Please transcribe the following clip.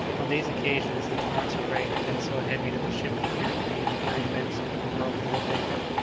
on these occasions the torrents of rain had been so heavy that the ship had appeared to be in the very midst of a whirlpool of vapour,